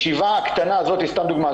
סתם דוגמה,